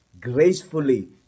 gracefully